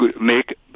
make